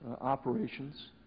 operations